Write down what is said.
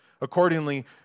Accordingly